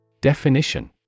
Definition